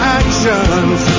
actions